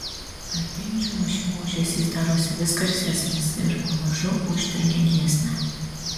artėjančių mašinų ūžesys darosi vis garsesnis ir pamažu užtrenkia giesmę